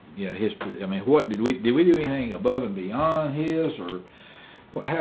yeah, his i mean, what did we do we do we hang above and beyond his or what?